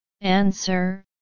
Answer